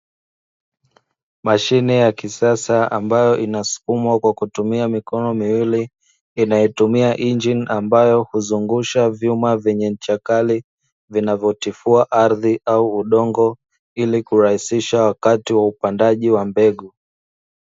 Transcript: Mashine ya kisasa ambayo inasukumwa kwa kutumia mikono miwili inayotumia injini, ambayo huzungusha vyuma vyenye ncha kali vinavyotifua ardhi au udongo ili kurahisisha wakati wa upandaji wa mbegu.